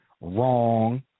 Wrong